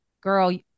girl